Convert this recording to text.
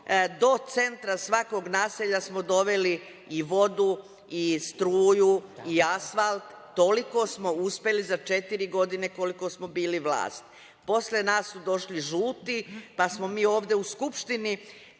do centra svakog naselja smo doveli i vodu i struju i asfalt, toliko smo uspeli za četiri godine koliko smo bili vlast. Posle nas su došli žuti, pa smo mi ovde u Skupštini,